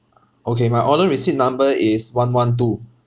okay my order receipt number is one one two